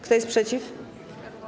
Kto jest przeciw?